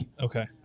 Okay